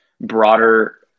broader